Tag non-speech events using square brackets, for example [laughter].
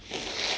[noise]